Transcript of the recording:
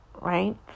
right